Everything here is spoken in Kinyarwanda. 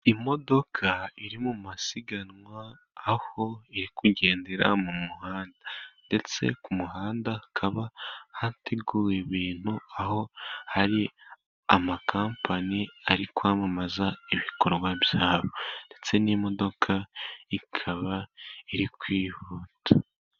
Imodoka iri mu masiganwa, aho iri kugendera mu muhanda. Ndetse ku muhanda hakaba hateguwe ibintu aho hari amakampani ari kwamamaza ibikorwa bya ndetse n'imodoka ikaba iri kwihuta.